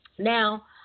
Now